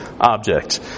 object